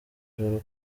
joro